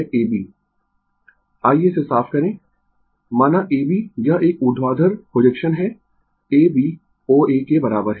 Refer Slide Time 0127 आइये इसे साफ करें माना A B यह एक ऊर्ध्वाधर प्रोजेक्शन है A B O A के बराबर है